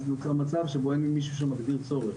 נוצר מצב שבו אין לי מישהו שמגדיר צורך.